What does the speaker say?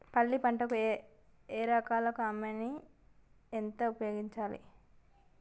పల్లి పంటకు ఎకరాకు అమోనియా ఎంత ఉపయోగించాలి?